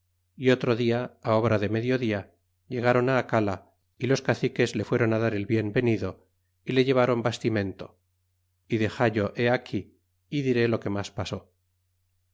y otro dia obra de medio dia llegaron acala y los caciques le fueron dar el bien venido y le llevron bastimento y dexallo é aquí y diré lo que mas pasó